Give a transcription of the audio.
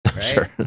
sure